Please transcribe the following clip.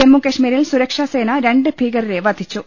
ജമ്മുകശ്മീരിൽ സുരക്ഷാസേന രണ്ട് ഭീകരരെ വധിച്ചു